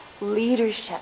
leadership